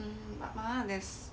but 麻辣 there's